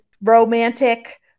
romantic